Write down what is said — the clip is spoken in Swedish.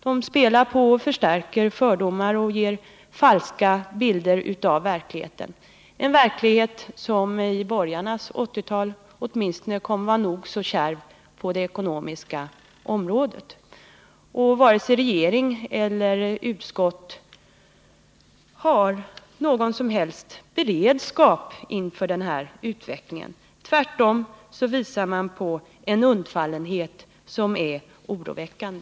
De spelar på och förstärker fördomar och ger falska bilder av verkligheten, en verklighet som i borgarnas 1980-tal kommer att vara nog så kärv på det ekonomiska området. Varken regering eller utskott har någon beredskap inför den här utvecklingen. Tvärtom visar man upp en undfallenhet som är oroväckande.